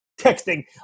texting